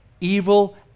evil